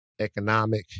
Economic